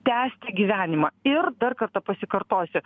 tęsti gyvenimą ir dar kartą pasikartosiu